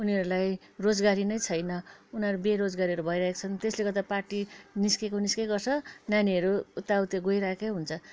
उनीहरूलाई रोजगारी नै छैन उनीहरू बेरोजगारीहरू भइरहेका छन् त्यसले गर्दा पार्टि निस्किएको निस्किएकै गर्छ नानीहरू उता उता गइरहेकै हुन्छ